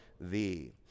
thee